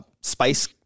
spice